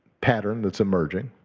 pattern that's emerging.